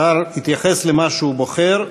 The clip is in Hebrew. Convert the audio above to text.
השר התייחס למה שהוא בוחר.